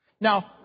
Now